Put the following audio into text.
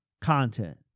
content